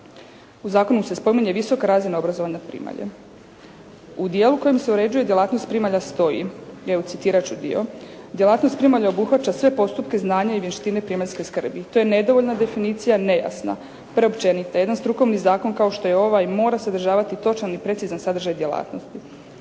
U zakonu se spominje visoka razina obrazovanja primalja. U dijelu kojim se uređuje djelatnost primalja stoji. Evo citirat ću dio: «Djelatnost primalja obuhvaća sve postupke, znanja i vještine primaljske skrbi.» To je nedovoljna definicija, nejasna, preopćenita. Jedan strukovni zakon kao što je ovaj mora sadržavati točan i precizan sadržaj djelatnosti.